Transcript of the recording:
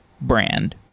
brand